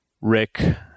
Rick